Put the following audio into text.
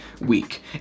week